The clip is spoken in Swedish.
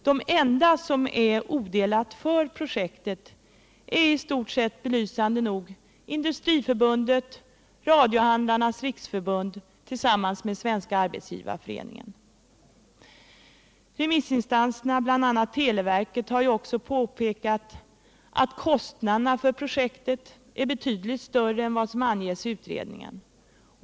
De enda som är odelat för projektet är belysande nog i stort sett Industriförbundet och Radiohandlarnas riksförbund tillsammans med Svenska arbetsgivareföreningen. Remissinstanserna, bl.a. televerket, har ju också påvisat att kostnaderna för projektet är betydligt större än vad som anges i utredningen.